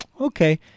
okay